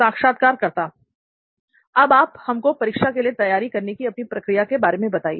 साक्षात्कारकर्ता अब आप हमको परीक्षा के लिए तैयारी करने की अपनी प्रक्रिया के बारे में बताइए